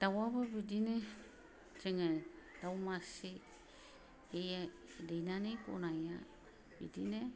दावआबो बिदिनो जोङो दाव मासे बे दैनानै गनाया बिदिनो